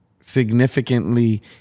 significantly